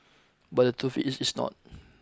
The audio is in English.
but the truth is it's not